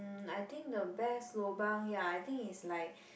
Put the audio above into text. um I think the best lobang ya I think is like